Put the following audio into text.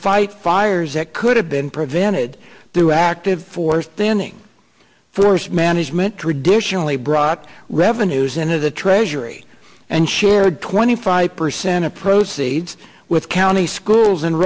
fight fires that could have been prevented through active force thinning forest management traditionally brought revenues into the treasury and shared twenty five percent of proceeds with county schools